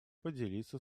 поделиться